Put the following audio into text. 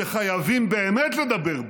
שחייבים באמת לדבר בו,